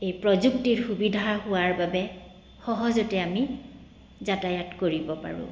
এই প্ৰযুক্তিৰ সুবিধা হোৱাৰ বাবে সহজতে আমি যাতায়াত কৰিব পাৰোঁ